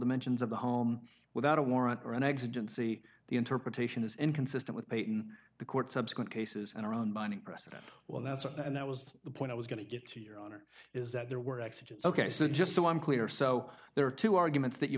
dimensions of the home without a warrant or an accident see the interpretation is inconsistent with peyton the court subsequent cases and our own binding precedent well that's what and that was the point i was going to get to your honor is that there were accidents ok so just so i'm clear so there are two arguments that you